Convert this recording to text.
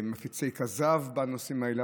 מפיצי כזב בנושאים האלה.